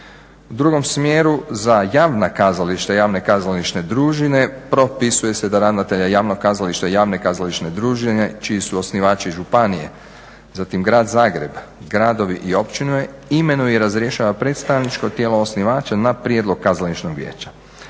U drugom smjeru, za javna kazališta i javne kazališne družine propisuje se da ravnatelja javnog kazališta i javne kazališne družine, čiji su osnivači županije, zatim Grad Zagreb, gradovi i općine, imenuje i razrješava predstavničko tijelo osnivača na prijedlog kazališnog vijeća.